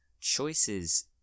choices